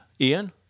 Ian